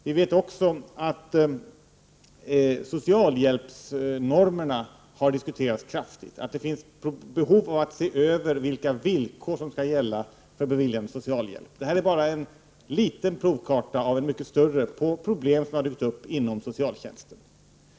Vi vet också att socialhjälpsnormerna livligt har diskuterats. Det finns behov av att se över vilka villkor som skall gälla för beviljande av socialhjälp. Detta är bara en liten del av provkartan över problem som har dykt upp inom socialtjänsten.